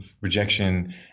rejection